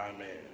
Amen